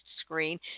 screen